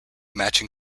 matching